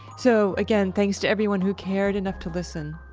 so, again, thanks to everyone who cared enough to listen.